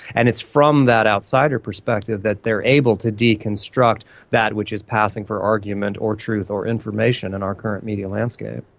and it's from that outsider perspective that they are able to deconstruct that which is passing for argument or truth or information in our current media landscape.